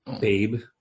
babe